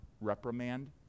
reprimand